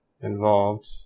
involved